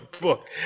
book